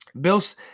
Bills